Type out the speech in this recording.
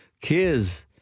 Kids